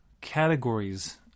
categories